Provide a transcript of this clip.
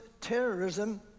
terrorism